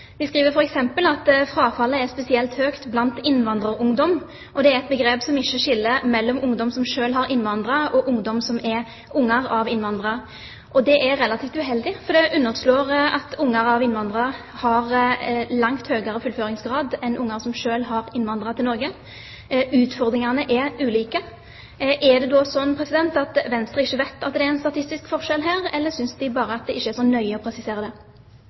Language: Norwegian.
De skriver f.eks. at frafallet er spesielt høyt blant «innvandrerungdom» – og det er et begrep som ikke skiller mellom ungdom som selv har innvandret, og ungdom som er barn av innvandrere. Det er relativt uheldig, for det underslår at barn av innvandrere har langt høyere fullføringsgrad enn barn som selv har innvandret til Norge. Utfordringene er ulike. Er det da sånn at Venstre ikke vet at det er en statistisk forskjell her, eller synes de bare at det ikke er så nøye å presisere det?